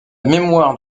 mémoire